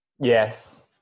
Yes